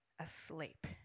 asleep